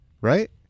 Right